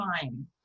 time